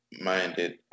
minded